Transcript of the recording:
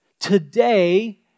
today